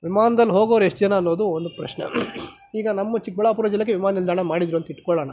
ವಿಮಾನದಲ್ಲಿ ಹೋಗೋರು ಎಷ್ಟು ಜನ ಅನ್ನೋದು ಒಂದು ಪ್ರಶ್ನೆ ಈಗ ನಮ್ಮ ಚಿಕ್ಕಬಳ್ಳಾಪುರ ಜಿಲ್ಲೆಗೆ ವಿಮಾನ ನಿಲ್ದಾಣ ಮಾಡಿದ್ರು ಅಂತ ಇಟ್ಕೊಳ್ಳೋಣ